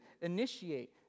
initiate